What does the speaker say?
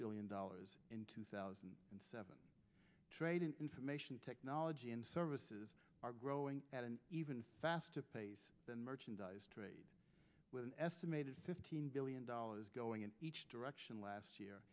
billion dollars in two thousand and seven trade in information technology and services are growing at an even faster pace than merchandise trade with an estimated fifteen billion dollars going in each direction last year